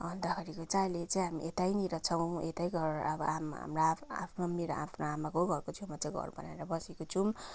अन्तखेरिको चाहिँ अहिले चाहिँ हामी यतैनिर छौँ यतै घर अब हाम हाम्रो आ आफ्नो मेरो आफ्नो आमाको घरको छेउमा छ घर बनाएर बसेका छौँ